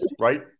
right